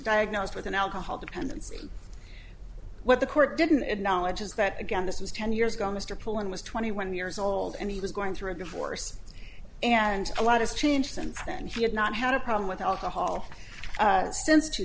diagnosed with an alcohol dependency the court didn't acknowledge is that again this was ten years ago mr pullen was twenty one years old and he was going through a divorce and a lot has changed since then he had not had a problem with alcohol